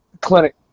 clinic